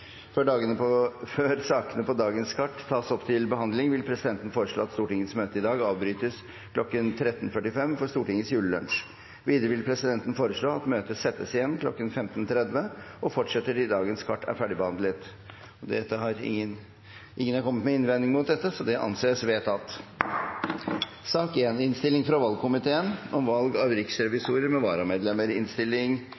Før sakene på dagens kart tas opp til behandling, vil presidenten foreslå at Stortingets møte i dag avbrytes kl. 13.45 for Stortingets julelunsj. Videre vil presidenten foreslå at møtet settes igjen kl. 15.30 og fortsetter til dagens kart er ferdigbehandlet. – Ingen innvendinger er kommet mot presidentens forslag, og det anses vedtatt. Ingen har bedt om ordet. Etter ønske fra